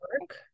work